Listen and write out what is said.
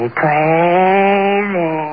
crazy